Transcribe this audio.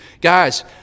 Guys